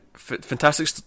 Fantastic